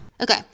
Okay